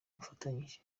mufatanya